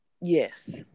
Yes